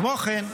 כמו כן,